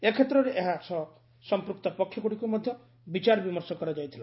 ଏ କ୍ଷେତ୍ରରେ ଏହା ସହ ସଂପୂକ୍ତ ପକ୍ଷଗୁଡ଼ିକୁ ମଧ୍ୟ ବିଚାର ବିମର୍ଶ କରାଯାଇଥିଲା